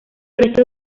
restos